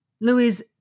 Louis